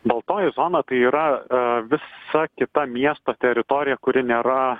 baltoji zona tai yra visa kita miesto teritorija kuri nėra